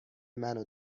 منو